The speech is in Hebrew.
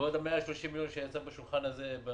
ועוד ה-130 מיליון שיצא בשולחן הזה.